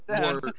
more